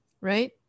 right